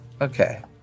Okay